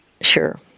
Sure